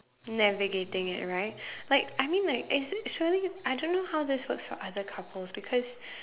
navigating it right like I mean like is it surely I don't know how it works for other couples because